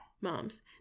moms